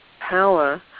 power